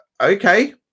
okay